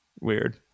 weird